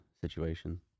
situation